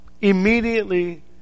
Immediately